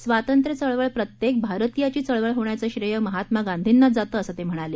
स्वातंत्र्य चळवळ प्रत्येक भारतीयाची चळवळ होण्याचं श्रेय महात्मा गांधींनाच जातं असं ते म्हणाले